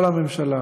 לא לממשלה,